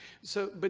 so. but